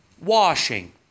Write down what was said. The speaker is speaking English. washing